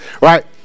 Right